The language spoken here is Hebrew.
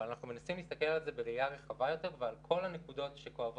אבל אנחנו מנסים להסתכל על זה בראייה רחבה יותר ועל כל הנקודות שכואבות